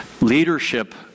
leadership